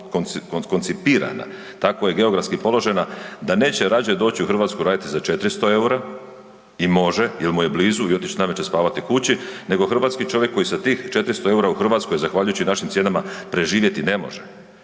koncipirana, tako je geografski položena da neće radije doći u Hrvatsku raditi za 400 eura i može jer mu je blizu i otići navečer spavati kući nego hrvatski čovjek koji sa tih 400 eura u Hrvatskoj zahvaljujući našim cijenama, preživjeti ne može.